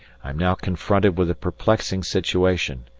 i am now confronted with a perplexing situation.